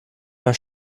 paar